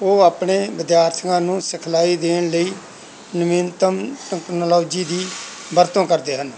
ਉਹ ਆਪਣੇ ਵਿਦਿਆਰਥੀਆਂ ਨੂੰ ਸਿਖਲਾਈ ਦੇਣ ਲਈ ਨਵੀਨਤਮ ਟਕਨਾਲੋਜੀ ਦੀ ਵਰਤੋਂ ਕਰਦੇ ਹਨ